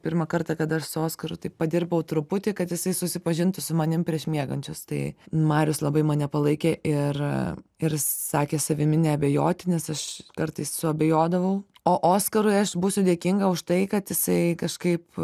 pirmą kartą kada aš su oskaru taip padirbau truputį kad jisai susipažintų su manim prieš miegančius tai marius labai mane palaikė ir ir sakė savimi neabejoti nes aš kartais suabejodavau o oskarui aš būsiu dėkinga už tai kad jisai kažkaip